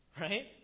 right